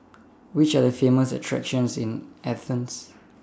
Which Are The Famous attractions in Athens